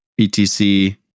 BTC